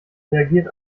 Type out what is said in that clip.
reagiert